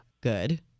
good